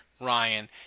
ryan